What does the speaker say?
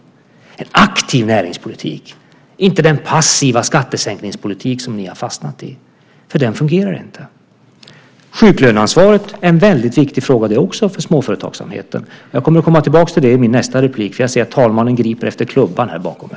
Det är en aktiv näringspolitik och inte den passiva skattesänkningspolitik som ni har fastnat i eftersom den inte fungerar. Sjuklöneansvaret är också en väldigt viktig fråga för småföretagsamheten. Jag kommer att komma tillbaka till det i mitt nästa inlägg eftersom jag ser att talmannen griper efter klubban bakom mig.